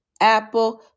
Apple